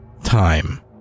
time